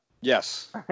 yes